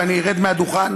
ואני ארד מהדוכן.